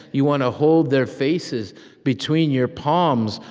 you want to hold their faces between your palms,